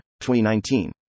2019